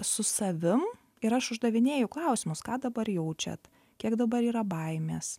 su savim ir aš uždavinėju klausimus ką dabar jaučiat kiek dabar yra baimės